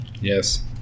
Yes